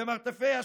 במרתפי השב"כ,